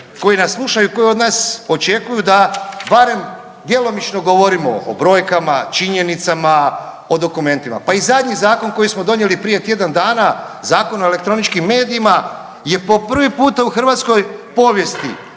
koji nas slušaju i koji od nas očekuju da barem djelomično govorimo o brojkama, činjenicama, o dokumentima. Pa i zadnji zakon koji smo donijeli prije tjedan dana Zakon o elektroničkim medijima je po prvi puta u hrvatskoj povijesti